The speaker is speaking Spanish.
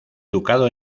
educado